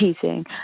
cheating